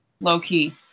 low-key